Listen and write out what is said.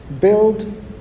Build